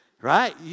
right